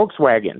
volkswagen